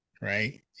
right